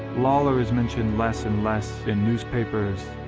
lawlor is mentioned less and less in newspapers.